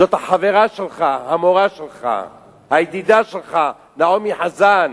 זאת החברה שלך, המורה שלך, הידידה שלך נעמי חזן,